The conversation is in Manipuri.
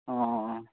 ꯑꯣ ꯑꯣ ꯑꯣ